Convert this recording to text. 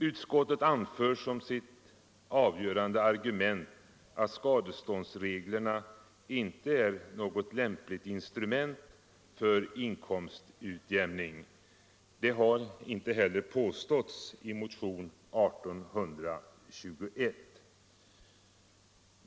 Utskottet anför som sitt avgörande argument att skadeståndsreglerna inte är något lämpligt instrument för inkomstutjämning. Det har inte heller påståtts i motionen 1821.